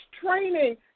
training